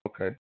okay